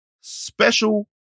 special